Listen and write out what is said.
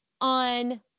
on